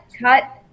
cut